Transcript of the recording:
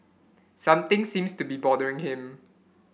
something seems to be bothering him